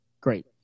Great